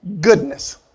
goodness